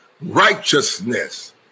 righteousness